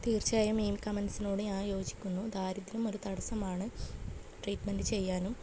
തീർച്ചയായും മെയ്ൻ കമൻസിനോട് ഞാൻ യോജിക്കുന്നു ദാരിദ്ര്യം ഒരു തടസ്സമാണ് ട്രീറ്റ്മെൻറ്റ് ചെയ്യാനും